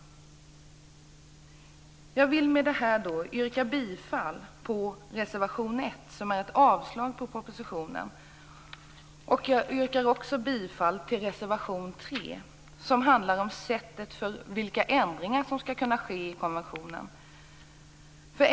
Jag vill härmed yrka bifall till reservation 1, som innebär avslag på propositionen. Jag yrkar också bifall till reservation 3, som handlar om hur ändringar skall kunna ske i konventionen.